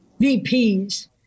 VPs